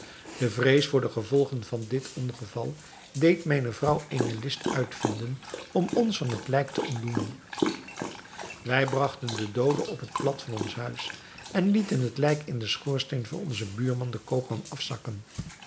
de vrees voor de gevolgen van dit ongeval deed mijne vrouw eene list uitvinden om ons van het lijk te ontdoen wij bragten den doode op het plat van ons huis en lieten het lijk in den schoorsteen van onzen buurman den koopman afzakken